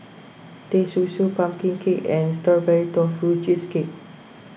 Teh Susu Pumpkin Cake and Strawberry Tofu Cheesecake